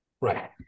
right